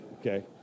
Okay